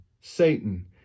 Satan